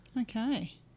Okay